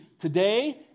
today